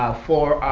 ah for